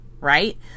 right